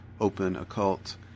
open-occult